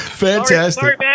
fantastic